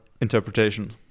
interpretation